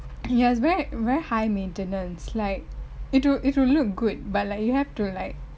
ya it's very very high maintenance like it will it will look good but like you have to like